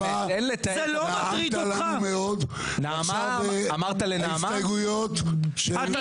אם כך סיימנו את ההסתייגויות של מפלגת העבודה.